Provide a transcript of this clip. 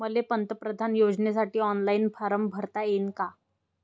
मले पंतप्रधान योजनेसाठी ऑनलाईन फारम भरता येईन का?